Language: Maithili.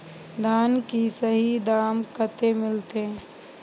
धान की सही दाम कते मिलते?